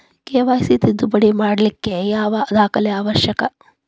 KYC ತಿದ್ದುಪಡಿ ಮಾಡ್ಲಿಕ್ಕೆ ಯಾವ ದಾಖಲೆ ಅವಶ್ಯಕ?